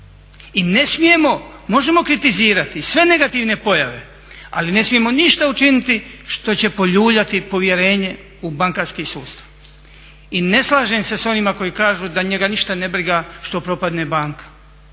i ne smijemo, možemo kritizirati sve negativne pojave, ali ne smijemo ništa učiniti što će poljuljati povjerenje u bankarski sustav. I ne slažem se s onima koji kažu da njega ništa ne briga što propadne banka.